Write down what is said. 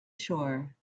shore